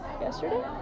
Yesterday